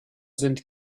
sind